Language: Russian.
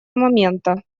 момента